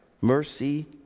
Mercy